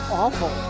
awful